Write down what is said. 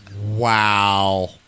Wow